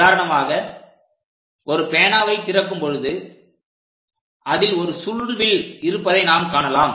உதாரணமாக ஒரு பேனாவை திறக்கும் பொழுது அதில் ஒரு சுருள்வில் இருப்பதை நாம் காணலாம்